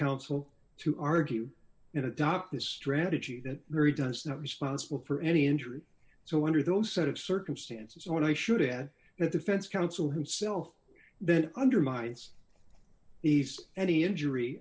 counsel to argue and adopt the strategy that murray does not responsible for any injury so under those set of circumstances what i should add that defense counsel himself then undermines these any injury